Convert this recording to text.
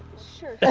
sure yeah